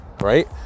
right